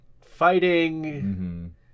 fighting